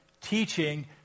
teaching